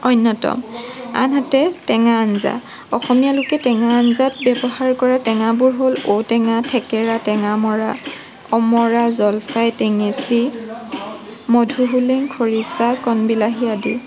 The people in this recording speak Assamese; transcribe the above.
অন্যতম আনহাতে টেঙা আঞ্জা অসমীয়া লোকে টেঙা আঞ্জাত ব্যৱহাৰ কৰা টেঙাবোৰ হ'ল ঔটেঙা ঠেকেৰা টেঙা মৰা অমৰা জলফাই টেঙেচি মধুসোলেং খৰিছা কণবিলাহী আদি